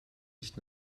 nicht